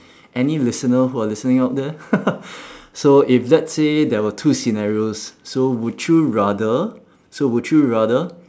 any listener who are listening out there so if let's say there were two scenarios so would you rather so would you rather